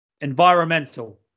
Environmental